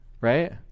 right